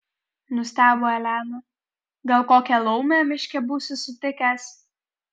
nustebo elena gal kokią laumę miške būsi sutikęs